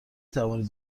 توانید